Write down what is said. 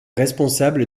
responsable